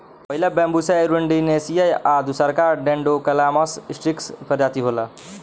पहिला Bambusa arundinacea आ दूसरका डेन्ड्रोकैलामस स्ट्रीक्ट्स प्रजाति होला